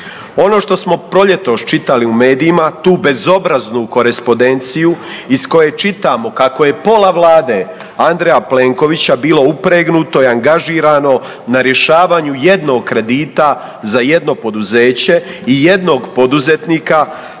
Ono što smo proljetos čitali u medijima, tu bezobraznu korespondenciju iz koje čitamo kako je pola vlade Andreja Plenkovića bilo upregnuto i angažirano na rješavanju jednog kredita za jedno poduzeće i jednog poduzetnika